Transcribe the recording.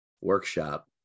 workshop